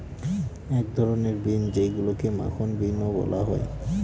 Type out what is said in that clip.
এক ধরনের বিন যেইগুলাকে মাখন বিনও বলা হয়